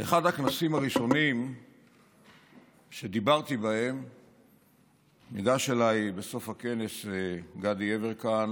באחד הכנסים הראשונים שדיברתי בהם ניגש אליי בסוף הכנס גדי יברקן